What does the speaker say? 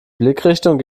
blickrichtung